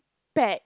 ~pact